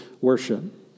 worship